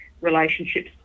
relationships